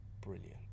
Brilliant